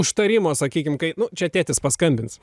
užtarimo sakykim kai čia tėtis paskambins